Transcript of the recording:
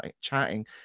chatting